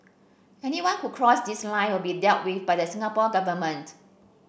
anyone who cross this line will be dealt with by the Singapore Government